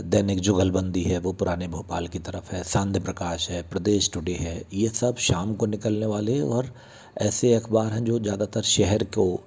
दैनिक जुगलबंदी है वो पुराने भोपाल की तरफ है सांध प्रकाश है प्रदेश टुडे है ये सब शाम को निकलने वाले और ऐसे अख़बार हैं जो ज़्यादातर शहर को